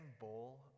bowl